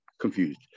confused